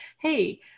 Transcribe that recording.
hey